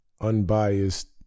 unbiased